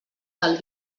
del